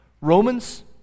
Romans